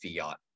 fiat